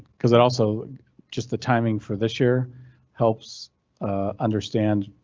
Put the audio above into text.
cause it also just the timing for this year helps understand.